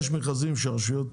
יש מכרזים שבהם הרשויות